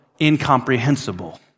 incomprehensible